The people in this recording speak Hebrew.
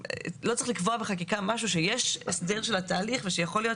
לא צריך לקבוע בחקיקה משהו שיש הסדר של התהליך ושיכול להיות